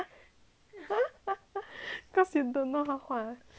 cause you don't know how 画